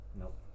nope